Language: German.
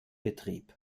betrieb